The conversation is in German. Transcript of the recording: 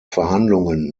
verhandlungen